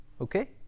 Okay